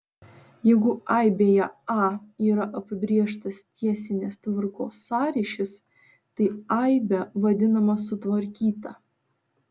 jeigu aibėje a yra apibrėžtas tiesinės tvarkos sąryšis tai aibė vadinama sutvarkyta